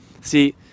See